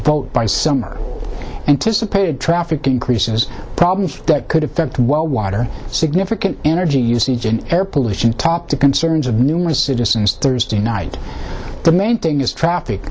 vote by summer anticipated traffic conclusiveness problems that could affect well water significant energy usage and air pollution top the concerns of numerous citizens thursday night the main thing is traffic